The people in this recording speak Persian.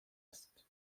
است